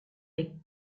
les